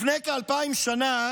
לפני כ-2000 שנה